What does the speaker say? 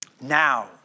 Now